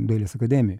dailės akademijoj